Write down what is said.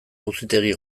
auzitegi